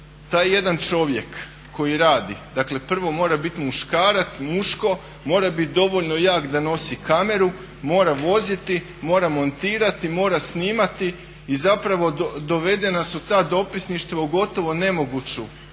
taj jedan čovjek koji radi dakle prvo mora biti muškarac, muško, mora biti dovoljno jak da nosi kameru, mora voziti, mora montirati, mora snimati i zapravo dovedena su ta dopisništva u gotovo nemoguću